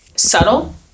subtle